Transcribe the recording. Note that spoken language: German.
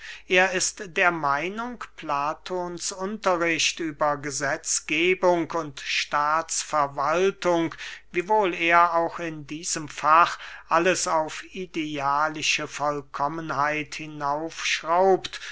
er ist der meinung platons unterricht über gesetzgebung und staatsverwaltung wiewohl er auch in diesem fach alles auf idealische vollkommenheit